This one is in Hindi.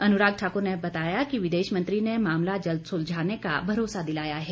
अनुराग ठाकुर ने बताया कि विदेश मंत्री ने मामला जल्द सुलझाने का भरोसा दिलाया है